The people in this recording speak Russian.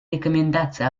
рекомендации